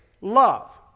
love